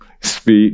speak